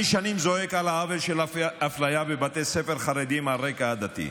אני שנים זועק על העוול של אפליה בבתי ספר חרדיים על רקע עדתי.